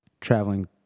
Traveling